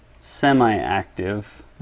semi-active